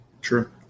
True